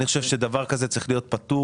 אני חושב שדבר כזה צריך להיות פתור